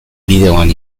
bideoan